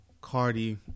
Cardi